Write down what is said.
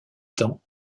temps